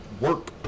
work